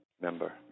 member